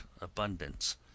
abundance